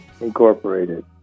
Incorporated